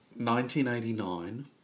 1989